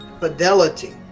fidelity